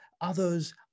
others